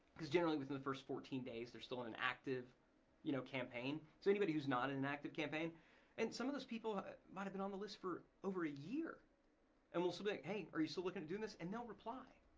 cause generally within the first fourteen days, they're still in an active you know campaign so anybody's not in an active campaign and some of those people might've been on the list for over a year and we'll still be like, hey are you still lookin' at doing this and they'll reply.